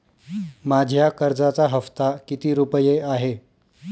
माझ्या कर्जाचा हफ्ता किती रुपये आहे?